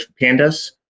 Pandas